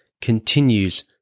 continues